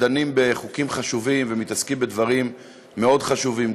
דנים בחוקים חשובים ומתעסקים בדברים מאוד חשובים,